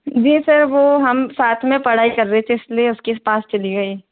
जी sir वो हम साथ में पढ़ाई कर रहे थे इसलिए उसके पास चली गई